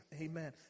Amen